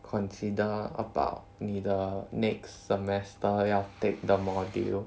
consider about 你的 next semester 要 take the module